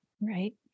Right